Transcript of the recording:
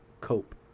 cope